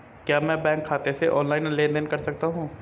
क्या मैं बैंक खाते से ऑनलाइन लेनदेन कर सकता हूं?